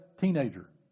teenager